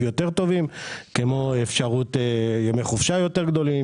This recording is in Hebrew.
קצת יותר טובים כמו אפשרות ימי חופשה יותר גדולים,